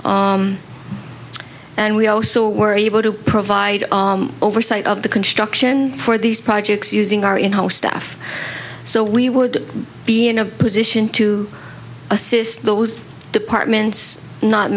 and we also were able to provide oversight of the construction for these projects using our in house staff so we would be in a position to assist those departments not